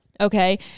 Okay